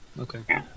Okay